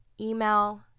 email